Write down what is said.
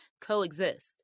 coexist